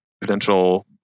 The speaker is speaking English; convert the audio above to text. potential